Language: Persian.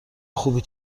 خوبی